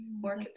more